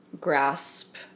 grasp